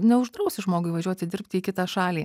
neuždrausi žmogui važiuoti dirbti į kitą šalį